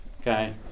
okay